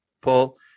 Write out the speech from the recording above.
Paul